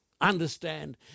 understand